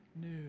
news